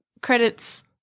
credits